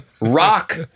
Rock